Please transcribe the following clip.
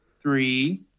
three